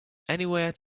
anywhere